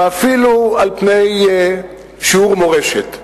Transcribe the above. ואפילו על פני שיעור מורשת.